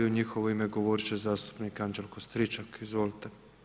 U njihovo ime govorit će zastupnik Anđelko Stričak, izvolite.